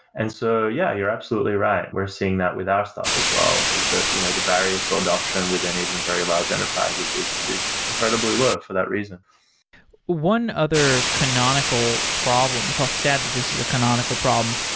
and so yeah, you're absolutely right. we're seeing that with our stuff as well, is that you know the barrier to adoption within even very large enterprises is is incredibly lower for that reason one other canonical problem well, sad that this is a canonical problem,